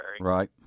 Right